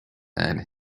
and